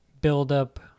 build-up